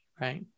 right